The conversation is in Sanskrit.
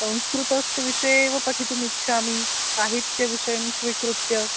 संस्कृतस्य विषये एव पठितुमिच्छामि साहित्यविषयं स्वीकृत्य